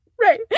Right